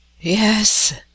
Yes